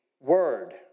word